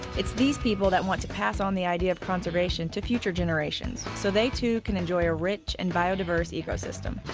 it's these people that want to pass on the idea of conservation to future generations so they too can enjoy a rich and biodiverse ecosystem.